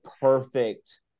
perfect